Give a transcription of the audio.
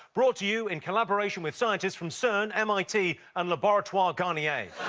brought to you in collaboration with scientists from cern, mit and laboratoires garnier.